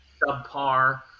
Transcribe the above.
subpar